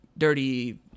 dirty